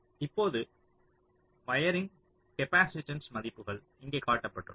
இப்போது wiring capacitance மதிப்புகள் இங்கே காட்டப்பட்டுள்ளன